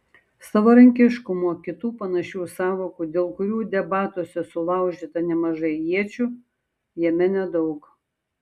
savarankiškumo kitų panašių sąvokų dėl kurių debatuose sulaužyta nemažai iečių jame nedaug